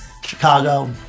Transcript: Chicago